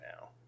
now